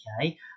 okay